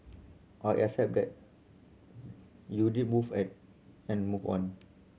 are accept that you did move at and move on